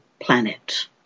planet